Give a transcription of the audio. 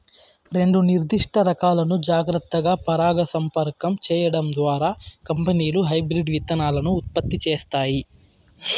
రెండు నిర్దిష్ట రకాలను జాగ్రత్తగా పరాగసంపర్కం చేయడం ద్వారా కంపెనీలు హైబ్రిడ్ విత్తనాలను ఉత్పత్తి చేస్తాయి